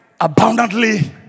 abundantly